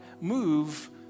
move